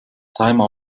timer